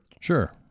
Sure